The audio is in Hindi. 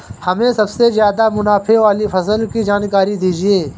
हमें सबसे ज़्यादा मुनाफे वाली फसल की जानकारी दीजिए